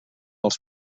els